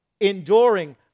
enduring